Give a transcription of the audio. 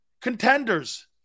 Contenders